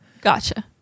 Gotcha